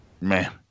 man